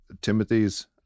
Timothy's